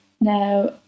Now